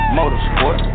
Motorsport